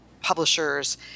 publishers